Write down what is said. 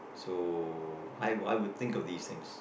so I I would think of this things